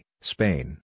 Spain